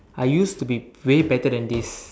I used to be way better than this